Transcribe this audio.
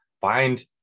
find